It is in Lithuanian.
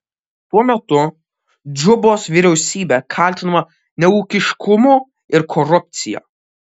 tuo metu džubos vyriausybė kaltinama neūkiškumu ir korupcija